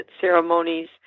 ceremonies